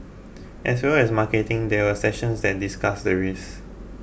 as well as marketing there were sessions that discussed the risk